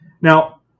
now